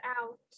out